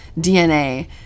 DNA